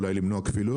אולי למנוע כפילויות.